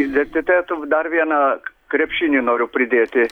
identitetų dar vieną krepšinį noriu pridėti